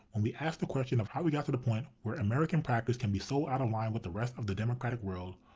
when we ask the question of how we got to the point where american practice can be so out of line with the rest of the democratic world,